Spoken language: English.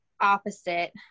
opposite